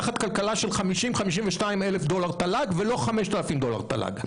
תחת כלכלה של 50 אלף דולר תל"ג ולא 5,000 דולר תל"ג.